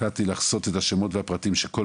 והחלטתי לחסות את השמות והפרטים של הדוברים,